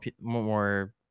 more